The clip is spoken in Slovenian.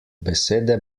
besede